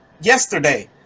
Yesterday